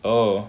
oh